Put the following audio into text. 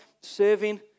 Serving